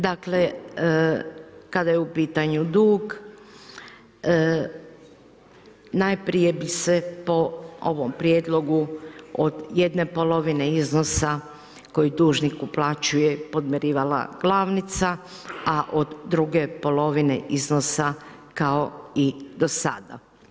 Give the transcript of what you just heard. Dakle, kada je u pitanju dug, najprije bih se po ovom prijedlogu od jedne polovine iznosa koju dužnik uplaćuje podmirivala glavnica a od druge polovine iznosa kao i do sada.